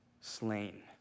slain